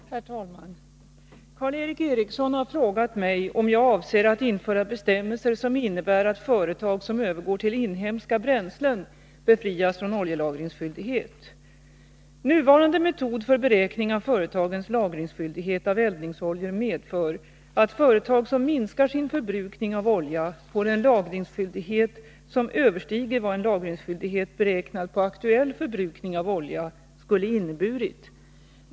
Herr talman! Karl Erik Eriksson har frågat mig om jag avser att införa bestämmelser som innebär att företag som övergår till inhemska bränslen befrias från oljelagringsskyldighet. Nuvarande metod för beräkning av företagens lagringsskyldighet av eldningsoljor medför att företag som minskar sin förbrukning av olja får en lagringsskyldighet som överstiger vad en lagringsskyldighet, beräknad på aktuell förbrukning av olja, skulle inneburit.